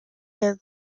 their